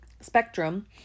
spectrum